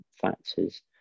factors